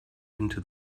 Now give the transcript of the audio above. into